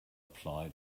apply